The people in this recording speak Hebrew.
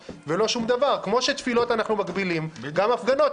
כמו שתפילות אנחנו מגבילים, כך גם הפגנות.